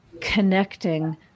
connecting